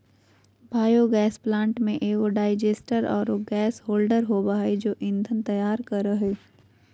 biogas plant में एगो digester आरो गैस होल्डर होबा है जे ईंधन तैयार करा हइ